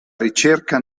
ricerca